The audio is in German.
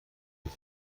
ich